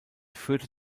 führte